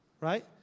Right